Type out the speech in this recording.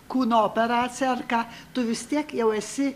kūno operaciją ar ką tu vis tiek jau esi